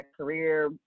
career